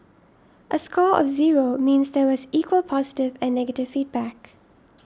a score of zero means there was equal positive and negative feedback